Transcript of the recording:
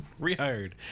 Rehired